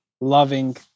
loving